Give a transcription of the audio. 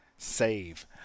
save